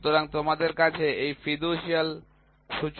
সুতরাং তোমাদের কাছে এই ফিডুসিয়াল সূচক রয়েছে